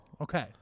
Okay